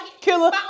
killer